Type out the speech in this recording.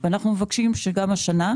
אני כן מסכים למה שהיא אומרת.